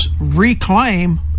reclaim